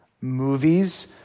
movies